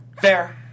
fair